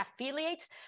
affiliates